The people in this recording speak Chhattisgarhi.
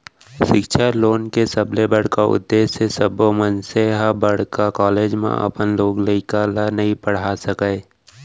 सिक्छा लोन के सबले बड़का उद्देस हे सब्बो मनसे ह बड़का कॉलेज म अपन लोग लइका ल नइ पड़हा सकय